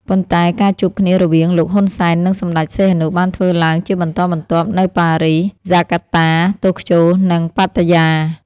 ប៉ុន្តែ ការជួបគ្នារវាង លោក ហ៊ុនសែន និងសម្តេច សីហនុ បានធ្វើឡើងជាបន្តបន្ទាប់នៅ ប៉ារីស ហ្សាកាតា តូក្យូ និង ប៉ាតាយា។